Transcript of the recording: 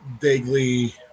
vaguely